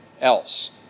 else